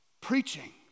Preaching